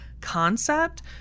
concept